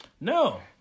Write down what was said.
No